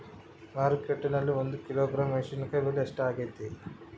ಮಾರುಕಟ್ಟೆನಲ್ಲಿ ಒಂದು ಕಿಲೋಗ್ರಾಂ ಮೆಣಸಿನಕಾಯಿ ಬೆಲೆ ಎಷ್ಟಾಗೈತೆ?